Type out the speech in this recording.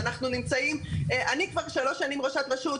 אני כבר שלוש שנים ראשת רשות,